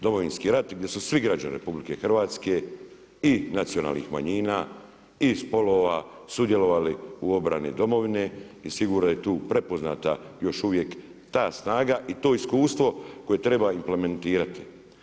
Domovinski rat gdje su svi građani RH i nacionalnih manjina i spolova sudjelovali u obrani Domovine i sigurno je tu prepoznata još uvijek ta snaga i to iskustvo koje treba implementirati.